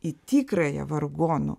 į tikrąją vargonų